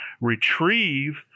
retrieve